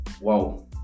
Wow